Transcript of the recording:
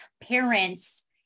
parents